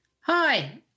Hi